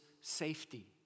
safety